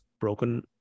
broken